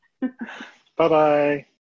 Bye-bye